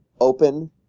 open